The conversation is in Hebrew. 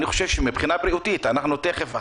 אני חושב שמבחינה בריאותית תכף,